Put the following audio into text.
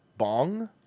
Bong